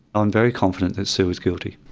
i'm very confident that sue is guilty.